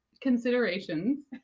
considerations